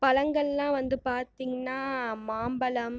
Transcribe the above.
பழங்கள்லாம் வந்து பார்த்தீங்கன்னா மாம்பழம்